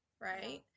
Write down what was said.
right